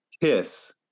piss